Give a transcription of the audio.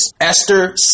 Esther